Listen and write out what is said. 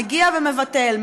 מגיע ומבטל,